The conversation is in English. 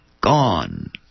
gone